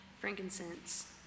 frankincense